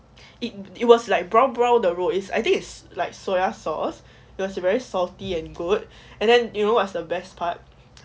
it it was like brown brown 的肉 is I think is like soya sauce it was very salty and good and then you know what's the best part